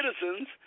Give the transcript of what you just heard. citizens